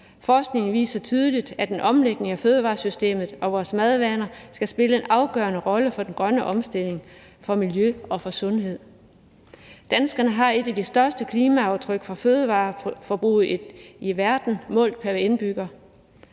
Forskningen viser tydeligt, at en omlægning af fødevaresystemet og vores madvaner skal spille en afgørende rolle for den grønne omstilling, for miljø og for sundhed. Danskerne har et af de største klimaaftryk fra fødevareforbruget i verden målt pr. indbygger.